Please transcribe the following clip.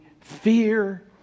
fear